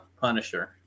Punisher